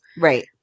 Right